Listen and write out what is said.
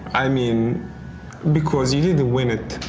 i mean because you need to win it.